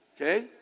Okay